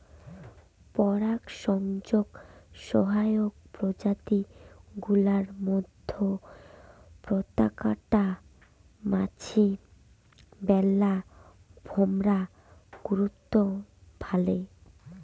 পরাগসংযোগ সহায়ক প্রজাতি গুলার মইধ্যে পাতাকাটা মাছি, বোল্লা, ভোমরা গুরুত্ব ভালে